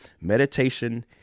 Meditation